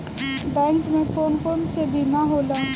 Bank में कौन कौन से बीमा होला?